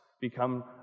become